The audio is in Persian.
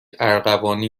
ارغوانی